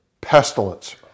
pestilence